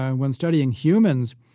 and when studying humans,